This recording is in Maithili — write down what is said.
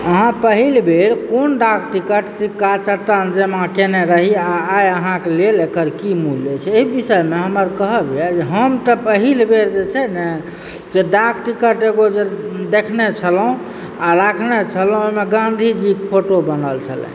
अहाँ पहिल बेर कोन डाक टिकट सिक्का चक्का जमा कएने रहि आ आइ अहाँके लेल एकर कि मूल्य अछि एहि विषय मे हमर कहब यऽ जे हम तऽ पहिल बेर जे छै ने जे डाक टिकट जे एगो देखने छेलहुॅं आ राखने छेलहुॅं ओहि मे गान्धीजी के फोटो बनल छलै